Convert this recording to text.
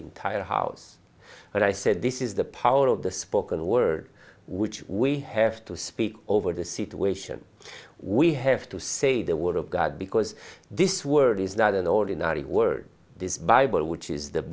entire house but i said this is the power of the spoken word which we have to speak over the situation we have to say the word of god because this word is not an ordinary word this bible which is the